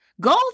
Go